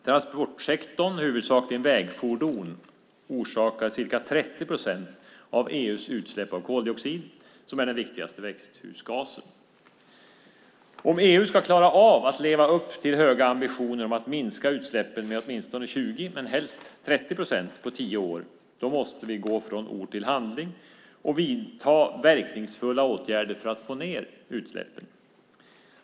Transportsektorn, huvudsakligen vägfordon, orsakar ca 30 procent av EU:s utsläpp av koldioxid som är den viktigaste växthusgasen. Om EU ska klara av att leva upp till höga ambitioner om att minska utsläppen med åtminstone 20 procent men helst 30 procent på tio år måste vi gå från ord till handling och vidta verkningsfulla åtgärder för att få ned utsläppen.